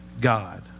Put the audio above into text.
God